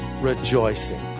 rejoicing